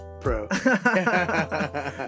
pro